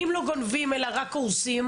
אם לא גונבים אלא רק הורסים?